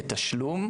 בתשלום,